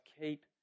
keep